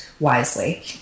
wisely